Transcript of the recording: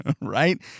right